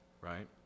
Right